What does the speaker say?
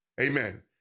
amen